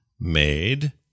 made